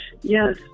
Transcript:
Yes